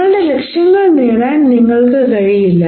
നിങ്ങളുടെ ലക്ഷ്യങ്ങൾ നേടാൻ നിങ്ങൾക്ക് കഴിയില്ല